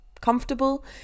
comfortable